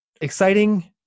Exciting